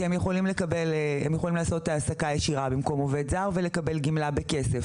כי הם יכולים לעשות העסקה ישירה במקום עובד זר ולקבל גמלה בכסף,